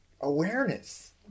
awareness